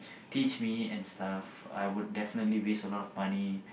teach me and stuff I would definitely waste a lot of money